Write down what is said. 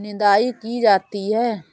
निदाई की जाती है?